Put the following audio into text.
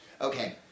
Okay